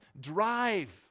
drive